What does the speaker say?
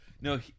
No